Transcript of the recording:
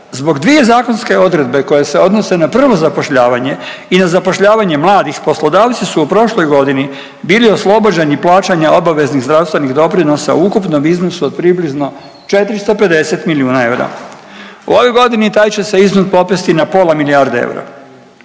Zbog dvije zakonske odredbe koje se odnose na prvo zapošljavanje i na zapošljavanje mladih poslodavci su u prošloj godini bili oslobođeni plaćanja obaveznih zdravstvenih doprinosa u ukupnom iznosu od približno 450 miliona eura. U ovoj godini taj će se iznos popesti na pola milijarde eura.